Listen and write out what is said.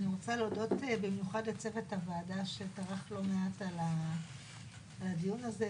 אני רוצה להודות במיוחד לצוות הוועדה שטרח לא מעט על הדיון הזה,